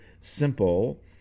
simple